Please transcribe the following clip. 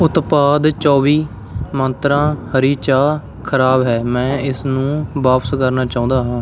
ਉਤਪਾਦ ਚੌਵੀ ਮੰਤਰਾਂ ਹਰੀ ਚਾਹ ਖ਼ਰਾਬ ਹੈ ਮੈਂ ਇਸਨੂੰ ਵਾਪਸ ਕਰਨਾ ਚਾਹੁੰਦਾ ਹਾਂ